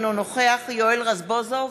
אינו נוכח יואל רזבוזוב,